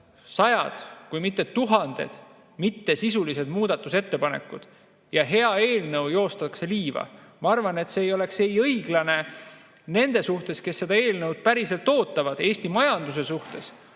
sajad kui mitte tuhanded mittesisulised muudatusettepanekud. Ja hea eelnõu joostakse liiva. Ma arvan, et see ei oleks õiglane nende suhtes, kes seda eelnõu päriselt ootavad, Eesti majanduse suhtes,